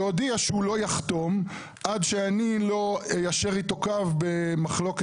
שהודיע שהוא לא יחתום עד שאני לא איישר איתו קו במחלוקת